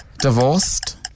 Divorced